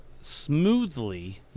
smoothly